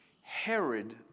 Herod